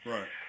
Right